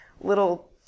little